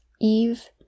Eve